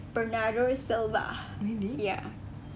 bernardo silva ya